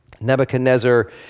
Nebuchadnezzar